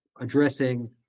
addressing